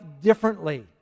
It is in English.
differently